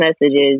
messages